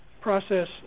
process